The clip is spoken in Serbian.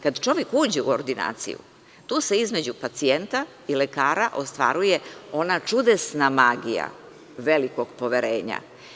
Kad čovek uđe u ordinaciju, tu se između pacijenta i lekara ostvaruje ona čudesna magija velikog poverenja.